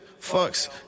fucks